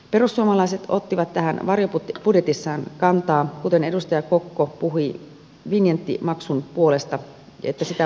perussuomalaiset ottivat tähän varjobudjetissaan kantaa kuten edustaja kokko puhui vinjettimaksun puolesta että sitä voitaisiin pohtia